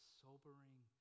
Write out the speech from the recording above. sobering